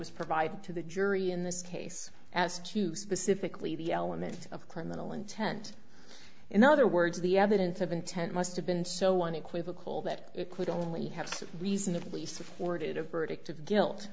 was provided to the jury in this case as to specifically the element of criminal intent in other words the evidence of intent must have been so unequivocal that it could only have reasonably supported a verdict of guilt